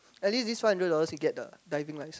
at least this five hundred dollars you get the diving license